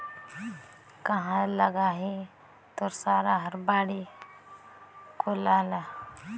काँहा लगाही तोर सारा हर बाड़ी कोला ल